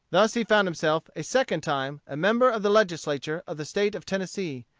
thus he found himself a second time a member of the legislature of the state of tennessee,